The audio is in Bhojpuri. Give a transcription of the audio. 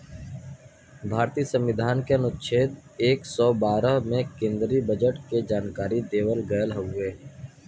भारतीय संविधान के अनुच्छेद एक सौ बारह में केन्द्रीय बजट के जानकारी देवल गयल हउवे